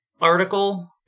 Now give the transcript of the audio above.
article